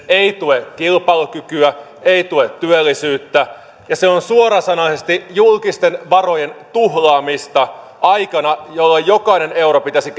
ei tue kilpailukykyä ei tue työllisyyttä ja se on suorasanaisesti julkisten varojen tuhlaamista aikana jolloin jokainen euro pitäisi